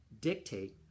dictate